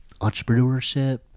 entrepreneurship